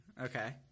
Okay